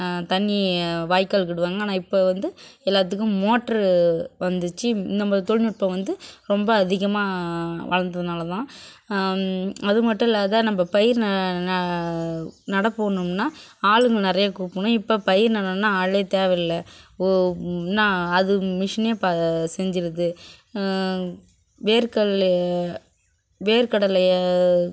தண்ணியை வாய்க்காலுக்கு விடுவாங்க ஆனால் இப்போ வந்து எல்லாத்துக்கும் மோட்ரு வந்துச்சு நம்ம தொழில்நுட்பம் வந்து ரொம்ப அதிகமாக வளர்ந்ததுனால தான் அது மட்டும் இல்லாது நம்ம பயிர் ந ந நடப்போகணும்னா ஆளுங்க நிறைய கூப்பிட்ணும் இப்போ பயிர் நடணும்னா ஆளே தேவையில்ல ஓ நான் அது மிஷினே ப செஞ்சிடுது வேர்க்கடலை வேர்க்கடலையை